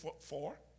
four